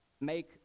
make